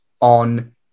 on